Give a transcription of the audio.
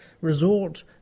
resort